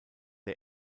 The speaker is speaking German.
der